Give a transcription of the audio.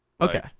Okay